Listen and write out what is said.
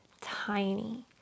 tiny